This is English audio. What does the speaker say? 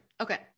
Okay